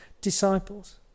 disciples